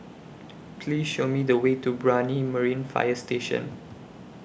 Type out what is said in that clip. Please Show Me The Way to Brani Marine Fire Station